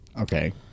Okay